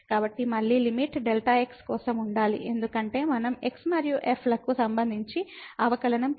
కాబట్టి మళ్ళీ limit Δx కోసం ఉండాలి ఎందుకంటే మనం x మరియు f లకు సంబంధించి అవకలనం తీసుకుంటున్నాము